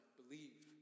believe